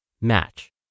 Match